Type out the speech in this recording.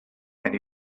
and